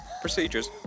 procedures